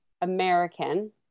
American